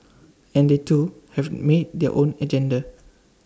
and they too have may their own agenda